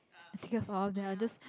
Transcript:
I just